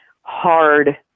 hard